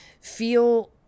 feel